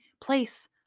place